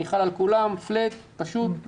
היא חלה על כולם באופן רחב, פשוט.